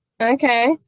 Okay